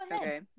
Okay